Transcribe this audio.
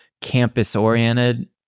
campus-oriented